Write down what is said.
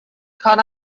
caught